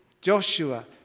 Joshua